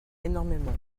énormément